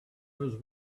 was